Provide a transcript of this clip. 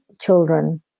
children